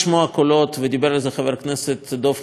ודיבר על זה חבר הכנסת דב חנין לפני,